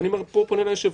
ופה אני פונה ליושב-ראש: